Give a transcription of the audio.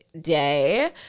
day